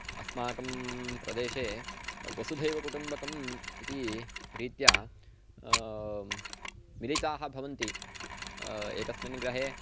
अस्माकं प्रदेशे वसुधैवकुटुम्बकम् इति रीत्या मिलिताः भवन्ति एकस्मिन् गृहे